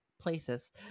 places